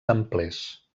templers